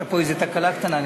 הייתה פה איזו תקלה קטנה,